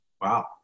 Wow